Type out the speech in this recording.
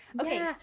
Okay